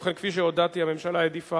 ובכן, כפי שהודעתי, הממשלה העדיפה